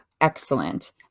excellent